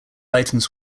items